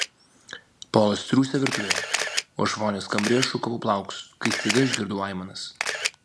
polas triūsė virtuvėje o aš vonios kambaryje šukavau plaukus kai staiga išgirdau aimanas